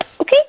Okay